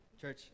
Church